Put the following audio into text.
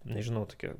nežinau tokia